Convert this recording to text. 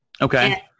Okay